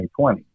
2020